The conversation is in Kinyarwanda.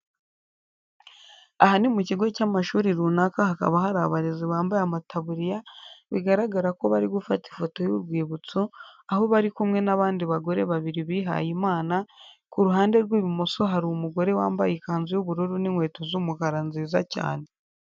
Aha ni mu kigo cy'amashuri runaka hakaba hari abarezi bambaye amataburiya, bigaragara ko bari gufata ifoto y'urwibutso aho bari kumwe n'abandi bagore babiri bihaye Imana, ku ruhande rw'ibumoso hari umugore wambaye ikanzu y'ubururu n'inkweto z'umukara nziza cyane.